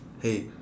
hey